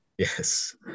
Yes